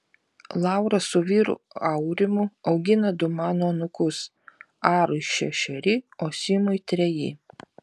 laura su vyru aurimu augina du mano anūkus arui šešeri o simui treji